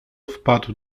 wpadł